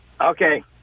Okay